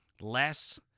less